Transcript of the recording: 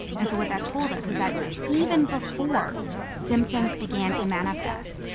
and so what that told us is that even before symptoms began to manifest,